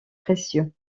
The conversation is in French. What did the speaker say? précieux